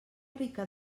rica